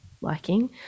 liking